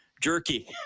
Jerky